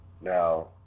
Now